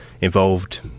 involved